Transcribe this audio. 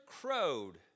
crowed